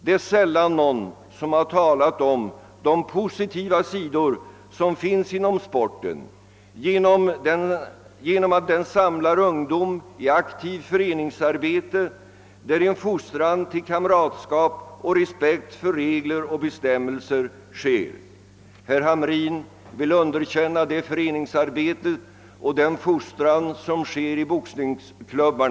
Det är sällan som någon talat om de positiva sidor som finns inom sporten genom att den samlar ungdom i aktivt föreningsarbete, där en fostran till kamratskap och till respekt för regler och bestämmelser sker. Herr Hamrin vill underkänna det föreningsarbete och den fostran som sker i boxningsklubbar.